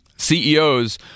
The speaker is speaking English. CEOs